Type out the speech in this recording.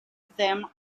them